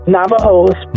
Navajos